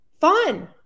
fun